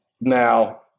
now